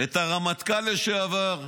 את הרמטכ"ל לשעבר,